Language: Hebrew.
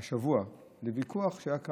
רק השבוע לוויכוח שהיה כאן,